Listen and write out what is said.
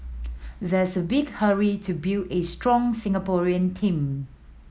there's a big hurry to build a strong Singaporean team